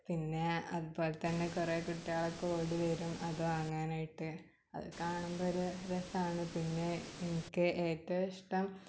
പിന്നേ അതുപോലെ തന്നെ കുറേ കുട്ടികളൊക്കെ ഓടി വരും അതു വാങ്ങാനായിട്ട് അത് കാണുമ്പോൾ ഒരു രസമാണ് പിന്നേ എനിക്ക് ഏറ്റവും ഇഷ്ടം